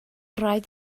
rhaid